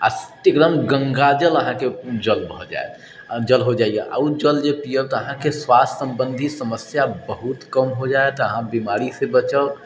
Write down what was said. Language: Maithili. आओर एकदम गङ्गाजल अहाँके जल भऽ जाएत जल हो जाइए आओर ओ जल जे अहाँ पिअब तऽ अहाँके स्वास्थ्य सम्बन्धी समस्यामे बहुत कम हो जाएत अहाँ बिमारीसँ बचब